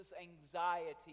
anxiety